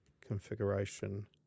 configuration